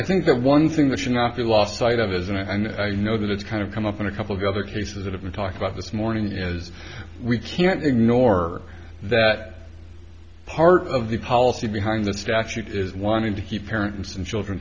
i think that one thing that should not be lost sight of is and i know that it's kind of come up in a couple of other cases that have been talked about this morning is we can't ignore that part of the policy behind the statute is wanting to keep parents and children